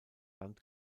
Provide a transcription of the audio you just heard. land